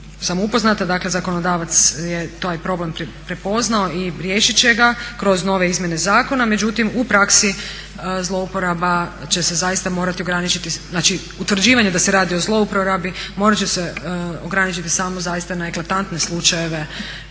sam upoznata dakle zakonodavac je taj problem prepoznao i riješit će ga kroz nove izmjene zakona, međutim u praksi zlouporaba će se zaista morati ograničiti, znači utvrđivanje da se radi zlouporabi morat će se ograničiti samo zaista na eklatantne slučajeve